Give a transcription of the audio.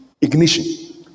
Ignition